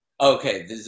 okay